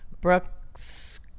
brooks